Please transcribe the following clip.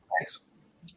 Thanks